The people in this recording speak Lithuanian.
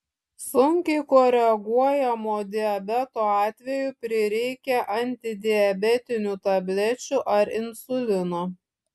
sunkiai koreguojamo diabeto atveju prireikia antidiabetinių tablečių ar insulino